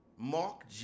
Mark